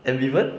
ambivert